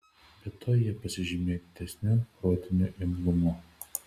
be to jie pasižymėjo didesniu protiniu imlumu